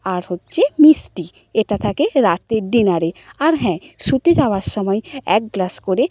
আর হচ্ছে মিষ্টি এটা থাকে রাত্রের ডিনারে আর হ্যাঁ শুতে যাওয়ার সময় এক গ্লাস করে